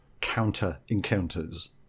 counter-encounters